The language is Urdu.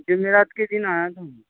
جمعرات کے دن آیا تھا میں